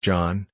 John